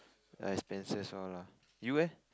expenses all lah you eh